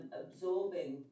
absorbing